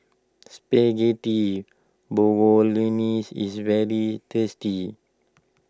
Spaghetti is very tasty